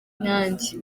nanjye